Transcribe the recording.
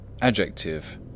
Adjective